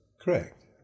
Correct